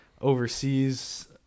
overseas